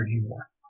anymore